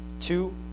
Two